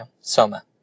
Soma